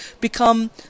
become